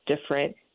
different